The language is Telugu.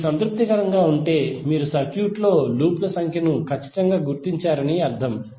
ఇది సంతృప్తికరంగా ఉంటే మీరు సర్క్యూట్లో లూప్ ల సంఖ్యను ఖచ్చితంగా గుర్తించారని అర్థం